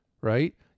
right